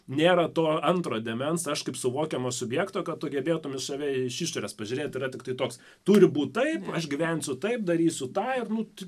nėra to antro dėmens aš kaip suvokiamo subjekto kad tu gebėtum į save iš išorės pažiūrėt yra tiktai toks turi būt taip aš gyvensiu taip darysiu tą ir nu tu